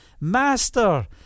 Master